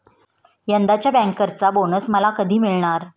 यंदाच्या बँकर्सचा बोनस मला कधी मिळणार?